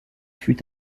fut